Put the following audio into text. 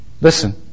Listen